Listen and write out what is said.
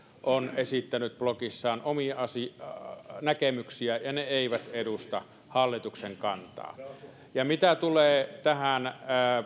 on esittänyt blogissaan omia näkemyksiään ja ne eivät edusta hallituksen kantaa mitä tulee tähän